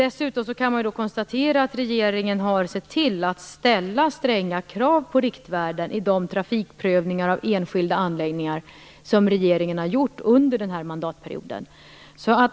Dessutom kan man konstatera att regeringen har sett till att ställa stränga krav på riktvärden i de trafikprövningar av enskilda anläggningar som regeringen har gjort under den här mandatperioden.